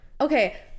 okay